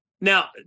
now